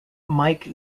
mike